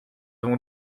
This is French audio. avons